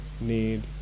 need